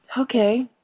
Okay